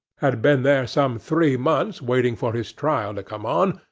had been there some three months waiting for his trial to come on,